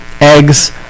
eggs